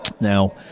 Now